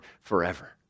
forever